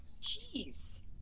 Jeez